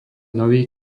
nový